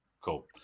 Cool